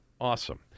Awesome